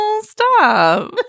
Stop